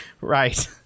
Right